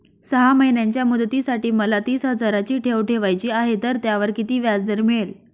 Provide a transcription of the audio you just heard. सहा महिन्यांच्या मुदतीसाठी मला तीस हजाराची ठेव ठेवायची आहे, तर त्यावर किती व्याजदर मिळेल?